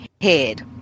head